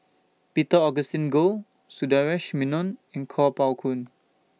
Peter Augustine Goh Sundaresh Menon and Kuo Pao Kun